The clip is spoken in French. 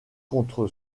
contre